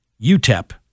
UTEP